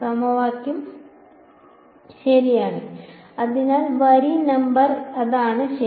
സമവാക്യം വലത് അതിനാൽ വരി നമ്പർ അതാണ് ശരി